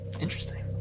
Interesting